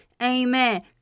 amen